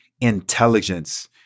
intelligence